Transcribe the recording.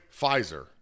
Pfizer